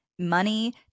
money